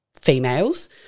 females